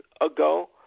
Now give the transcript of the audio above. ago